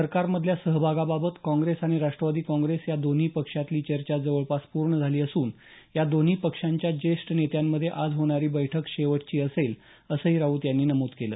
सरकारमधल्या सहभागाबाबत काँग्रेस आणि राष्ट्रवादी काँग्रेस या दोन्ही पक्षातली चर्चा जवळपास पूर्ण झाली असून या दोन्ही पक्षांच्या ज्येष्ठ नेत्यांमध्ये आज होणारी बैठक शेवटची असेल असंही राऊत यांनी नमूद केलं